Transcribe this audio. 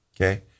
okay